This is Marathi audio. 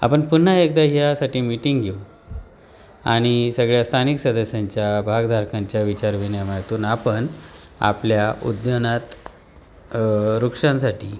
आपण पुन्हा एकदा ह्यासाठी मिटिंग घेऊ आणि सगळ्या स्थानिक सदस्यांच्या भागधारकांच्या विचारविनयामयातून आपण आपल्या उद्यानात वृक्षांसाठी